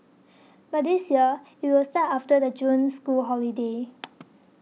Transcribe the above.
but this year it will start after the June school holidays